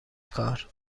کار